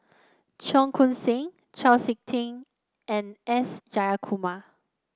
Cheong Koon Seng Chau SiK Ting and S Jayakumar